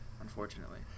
unfortunately